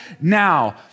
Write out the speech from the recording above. now